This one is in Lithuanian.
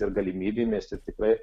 ir galimybėmis ir tikrai